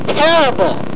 terrible